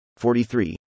43